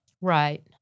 Right